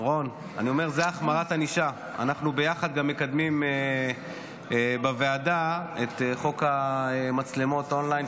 אנחנו ביחד גם מקדמים בוועדה את חוק המצלמות און-ליין,